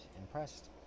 impressed